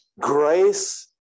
Grace